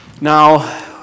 Now